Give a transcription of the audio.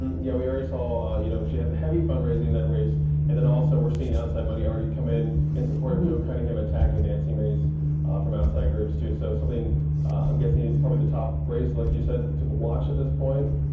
yeah we already saw ah you know she had the heavy fundraising in that race and also were seeing outside money already come in in support of joe cunningham, attacking nancy mace from outside groups too. so something i'm guessing and is probably the top race like you said to watch at this point?